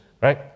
right